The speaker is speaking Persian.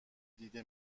دیده